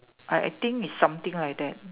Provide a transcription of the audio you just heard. I I think is something like that